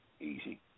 Easy